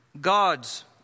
God's